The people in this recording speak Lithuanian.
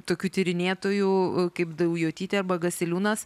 tokių tyrinėtojų kaip daujotytė arba gasiliūnas